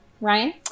Ryan